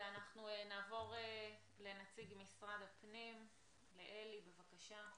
אנחנו נעבור לנציג משרד הפנים, אלי, בבקשה.